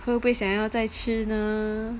会不会想要再吃呢